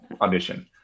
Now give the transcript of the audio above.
audition